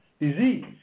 disease